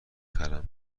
خرم